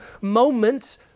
moment